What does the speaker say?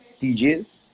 DJs